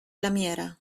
lamiera